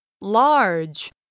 large